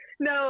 No